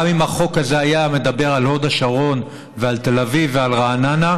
גם אם החוק הזה היה מדבר על הוד השרון ועל תל אביב ועל רעננה,